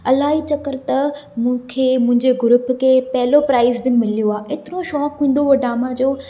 अलाई चक्कर ते मूंखे मुंहिंजे ग्रुप खे पहिलो प्राइज़ बि मिलियो आहे एतिरो शौक़ु हूंदो हुओ ड्रामा जो